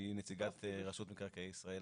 שהיא נציגת רשות מקרקעי ישראל,